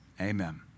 Amen